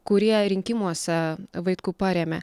kurie rinkimuose vaitkų parėmė